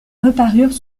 reparurent